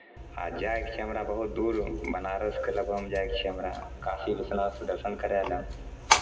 आ जायके छै हमरा बहुत दूर बनारसके लगभगमे जायके छै हमरा काशी विश्वनाथके दर्शन करय लए